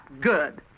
Good